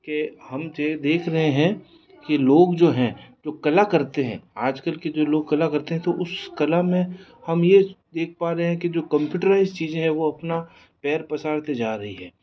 कि हम तो देख रहे हैं कि लोग जो हैं जो कला करते हैं आज कल के जो लोग कला करते हैं तो उस कला में हम ये देख पा रहे हैं जो कम्प्यूटराइज़ चीज़ें हैं वो अपना पैर पसारते जा रही है